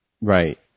right